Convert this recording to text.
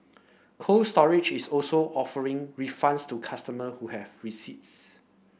Cold Storage is also offering refunds to customer who have receipts